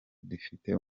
kidafite